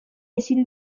ezin